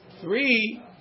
Three